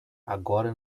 agora